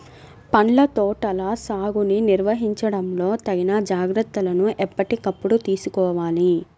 పండ్ల తోటల సాగుని నిర్వహించడంలో తగిన జాగ్రత్తలను ఎప్పటికప్పుడు తీసుకోవాలి